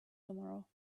tomorrow